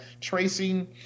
tracing